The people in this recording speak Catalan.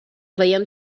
veiem